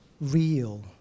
real